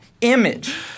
image